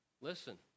Listen